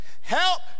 help